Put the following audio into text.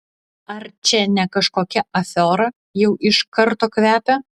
ar čia ne kažkokia afiora jau iš karto kvepia